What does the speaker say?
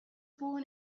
born